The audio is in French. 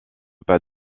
pas